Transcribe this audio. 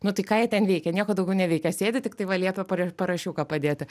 nu tai ką jie ten veikia nieko daugiau neveikia sėdi tik tai va liepia parašiuką padėti